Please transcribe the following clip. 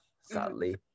Sadly